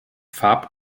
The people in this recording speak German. farb